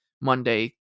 Monday